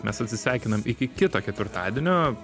mes atsisveikinam iki kito ketvirtadienio